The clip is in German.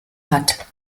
hat